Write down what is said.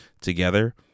together